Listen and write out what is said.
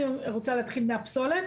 אני רוצה להתחיל מהפסולת